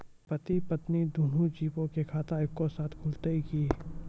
पति पत्नी दुनहु जीबो के खाता एक्के साथै खुलते की?